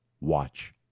Watch